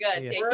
good